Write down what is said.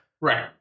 Right